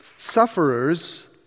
Sufferers